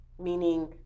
meaning